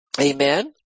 Amen